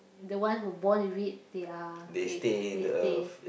the one who born with it they are they they stay